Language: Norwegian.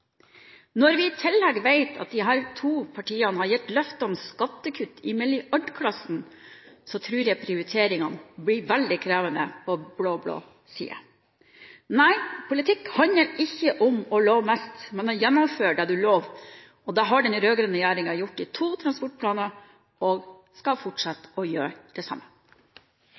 Når vi i tillegg vet at disse to partiene har gitt løfter om skattekutt i milliardkronersklassen, tror jeg prioriteringene blir veldig krevende på blå-blå side. Nei, politikk handler ikke om å love mest, men om å gjennomføre det en lover. Det har den rød-grønne regjeringen gjort i to transportplaner, og det skal den fortsette med å gjøre.